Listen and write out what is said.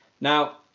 Now